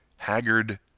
haggard,